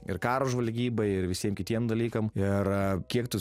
ir karo žvalgybai ir visiem kitiem dalykam ir kiek tu